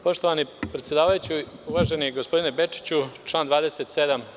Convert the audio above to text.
Poštovani predsedavajući, uvaženi gospodine Bečiću, član 107.